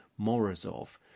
Morozov